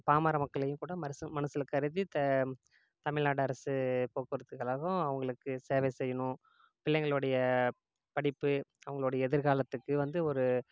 பாமர மக்களையும் கூட மனசு மனதில் கருதி த தமிழ்நாடு அரசு போக்குவரத்து கலகம் அவங்களுக்கு சேவை செய்யணும் பிள்ளைங்களோடைய படிப்பு அவங்களுடைய எதிர் காலத்துக்கு வந்து ஒரு